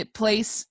place